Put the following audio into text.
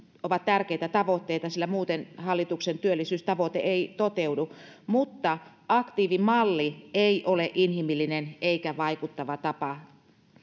ovat tärkeitä tavoitteita sillä muuten hallituksen työllisyystavoite ei toteudu mutta aktiivimalli ei ole inhimillinen eikä vaikuttava tapa